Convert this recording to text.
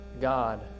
God